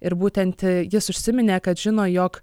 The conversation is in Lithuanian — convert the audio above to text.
ir būtent jis užsiminė kad žino jog